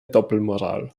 doppelmoral